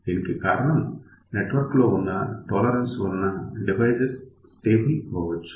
దీనికి కారణం నెట్వర్క్ లో ఉన్న టోలరెన్సె వలన డివైస్ స్టేబుల్ అవవచ్చు